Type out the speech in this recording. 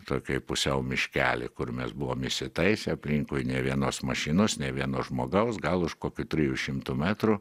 tokioj pusiau miškely kur mes buvom įsitaisę aplinkui nei vienos mašinos nei vieno žmogaus gal už kokių trijų šimtų metrų